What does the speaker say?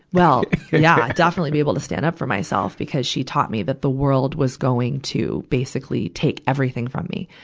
well, yeah. definitely be able to stand up for myself, because she taught me that the world was going to basically take everything from me,